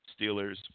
Steelers